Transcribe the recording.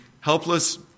helpless